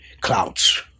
clouds